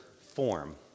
form